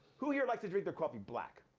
who here likes to drink their coffee black?